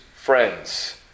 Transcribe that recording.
friends